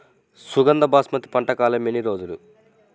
సుగంధ బాస్మతి పంట కాలం ఎన్ని రోజులు?